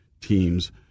teams